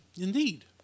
Indeed